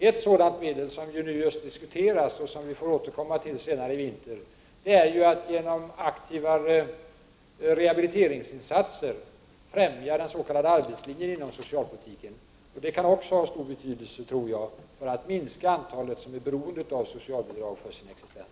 Ett sådant medel som nu diskuteras och som vi får återkomma till senare i vinter är att man genom mer aktiva rehabiliteringsinsatser främjar den s.k. arbetslinjen inom socialpolitiken. Detta kan också ha stor betydelse för att minska antalet människor som är beroende av socialbidrag för sin existens.